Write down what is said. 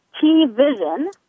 T-Vision